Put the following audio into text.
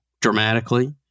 dramatically